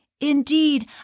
Indeed